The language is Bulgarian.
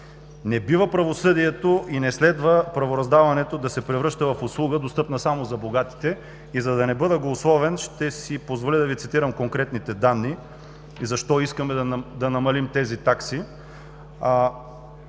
Не бива правосъдието и не следва правораздаването да се превръща в услуга, достъпна само за богатите. За да не бъда голословен, ще си позволя да Ви цитирам конкретните данни и защо искаме да намалим тези такси.